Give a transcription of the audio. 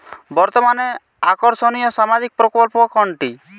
বর্তমানে আকর্ষনিয় সামাজিক প্রকল্প কোনটি?